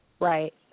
right